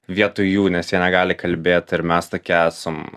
vietoj jų nes jie negali kalbėt ir mes tokie esam